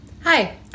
hi